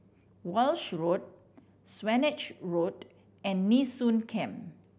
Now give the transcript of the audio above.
Walshe Road Swanage Road and Nee Soon Camp